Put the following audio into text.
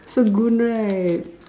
so good right